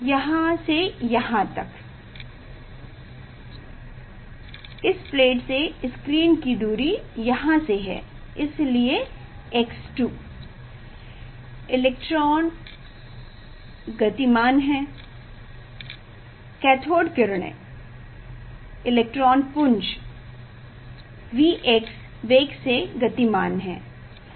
यहाँ से यहाँ तक इस प्लेट से स्क्रीन की दूरी यहाँ से है इसलिए x 2 इलेक्ट्रॉन गतिमान हैं कैथोड़ किरणें इलेक्ट्रॉन पुंज Vx वेग से गतिमान हैं